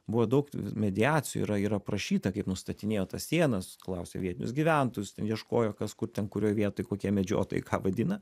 buvo daug mediacijų yra ir aprašyta kaip nustatinėjo tas sienas klausė vietinius gyventojus ten ieškojo kas kur ten kurioj vietoj kokie medžiotojai ką vadina